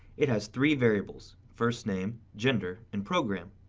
it has three variables first name, gender, and program.